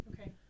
Okay